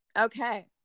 Okay